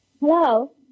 Hello